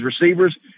receivers